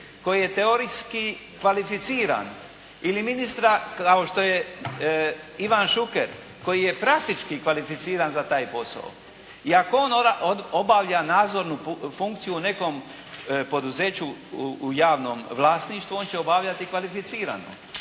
koji je teorijski kvalificiran ili ministra kao što je Ivan Šuker koji je praktički kvalificiran za taj posao. I ako on obavlja nadzornu funkciju u nekom poduzeću u javnom vlasništvu on će obavljati kvalificirano.